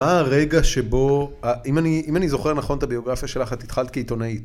מה הרגע שבו, אם אני זוכר נכון את הביוגרפיה שלך, את התחלת כעיתונאית.